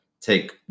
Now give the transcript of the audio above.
take